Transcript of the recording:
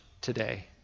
today